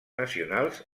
nacionals